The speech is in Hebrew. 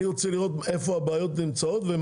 אני רוצה לראות איפה הבעיות נמצאות.